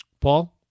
Paul